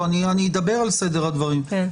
אני אדבר על סדר הדברים,